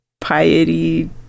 piety